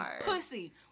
pussy